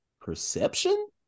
perception